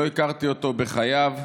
לא הכרתי אותו בחייו.